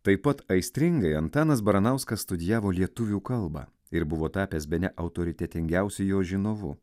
taip pat aistringai antanas baranauskas studijavo lietuvių kalbą ir buvo tapęs bene autoritetingiausiu jo žinovu